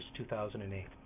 2008